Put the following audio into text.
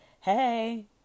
Hey